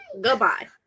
Goodbye